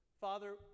Father